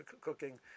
cooking